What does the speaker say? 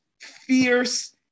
fierce